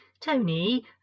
Tony